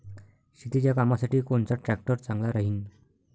शेतीच्या कामासाठी कोनचा ट्रॅक्टर चांगला राहीन?